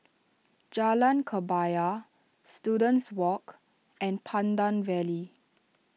Jalan Kebaya Students Walk and Pandan Valley